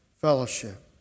fellowship